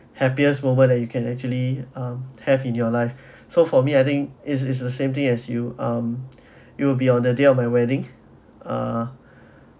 happiest moment that you can actually um have in your life so for me I think it's it's the same thing as you um it will be on the day of my wedding uh